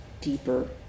deeper